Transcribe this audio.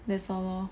that's all lor